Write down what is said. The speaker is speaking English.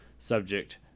Subject